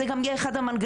זה גם יהיה אחד המנגנונים,